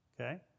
Okay